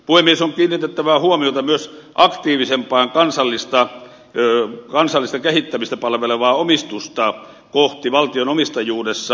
on kiinnitettävä huomiota myös aktiivisempaan kansallista kehittämistä palvelevaan omistukseen valtion omistajuudessa